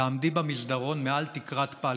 תעמדי במסדרון, מעל תקרת פל-קל,